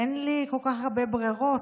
אין לי כל כך הרבה ברירות,